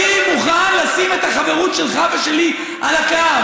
אני מוכן לשים את החברות שלך ושלי על הכף.